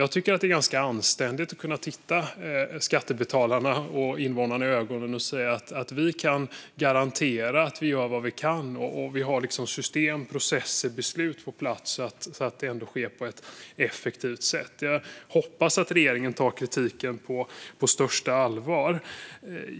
Jag tycker att det är ganska anständigt att kunna se skattebetalarna och invånarna i ögonen och säga att vi kan garantera att vi gör vad vi kan och har system, processer och beslut på plats så att det sker på ett effektivt sätt. Jag hoppas att regeringen tar kritiken på största allvar.